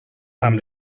amb